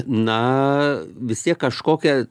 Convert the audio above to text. naa vis tiek kažkokią